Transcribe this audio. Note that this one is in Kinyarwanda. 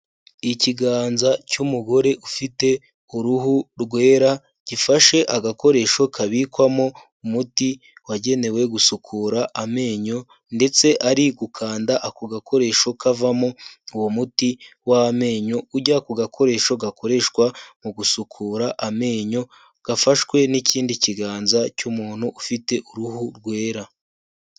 Ikiganza cy'umugore ufite uruhu rwera, gifashe agakoresho kabikwamo umuti wagenewe gusukura amenyo ndetse ari gukanda ako gakoresho kavamo uwo muti w'amenyo ujya ku gakoresho gakoreshwa mu gusukura amenyo, gafashwe n'ikindi kiganza cy'umuntu ufite uruhu rwera.